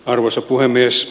arvoisa puhemies